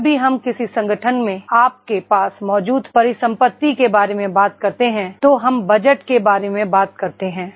जब भी हम किसी संगठन में आपके पास मौजूद परिसंपत्ति के बारे में बात करते हैं तो हम बजट के बारे में बात करते हैं